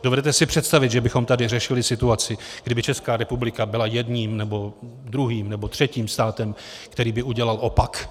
Dovedete si představit, že bychom tady řešili situaci, kdy by Česká republika byla jedním nebo druhým nebo třetím státem, který by udělal opak?